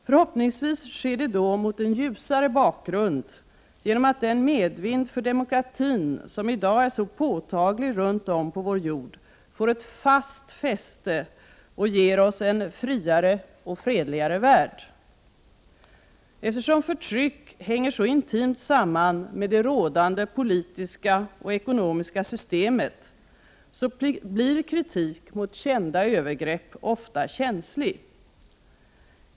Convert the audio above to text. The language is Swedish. Förhoppningsvis sker det då mot en ljusare bakgrund, genom att den medvind för demokratin som i dag är så påtaglig runt om på vår jord får ett fäste och ger oss en friare och fredligare värld. Eftersom förtryck hänger så intimt samman med det rådande politiska och ekonomiska systemet, så blir kritik mot kända övergrepp ofta känslig.